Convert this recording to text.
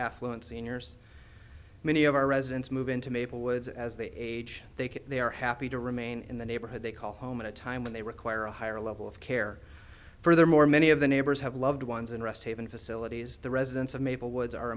affluent seniors many of our residents move into maple woods as they age they can they are happy to remain in the neighborhood they call home at a time when they require a higher level of care furthermore many of the neighbors have loved ones in rest haven facilities the residents of maple woods are